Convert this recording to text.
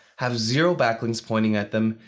have zero backlinks pointing at them,